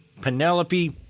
penelope